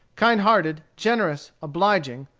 kind-hearted, generous, obliging,